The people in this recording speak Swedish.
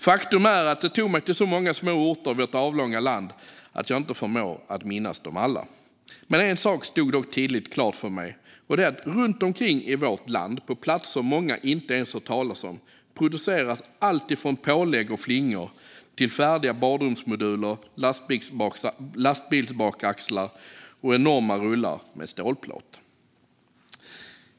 Faktum är att det tog mig till så många små orter i vårt avlånga land att jag inte förmår att minnas dem alla. Men en sak stod dock tidigt klart för mig, och det är att runt omkring i vårt land på platser många inte ens hört talas om produceras allt från pålägg och flingor till färdiga badrumsmoduler, lastbilsbakaxlar och enorma rullar med stålplåt.